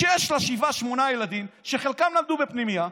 שיש לה שבעה-שמונה ילדים שחלקם למדו בפנימייה?